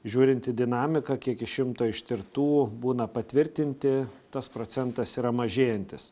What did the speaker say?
žiūrint į dinamiką kiek iš šimto ištirtų būna patvirtinti tas procentas yra mažėjantis